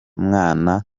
mwana